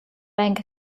bank